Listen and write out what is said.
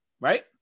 Right